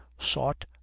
sought